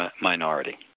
minority